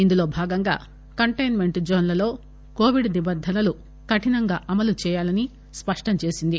ఇందులో భాగంగా కంటైన్మెంట్ జోన్లలో కొవిడ్ నిబంధనలు కఠినంగా అమలు చేయాలని స్పష్టంచేసింది